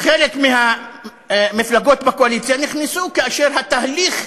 חלק מהמפלגות בקואליציה נכנסו כאשר התהליך,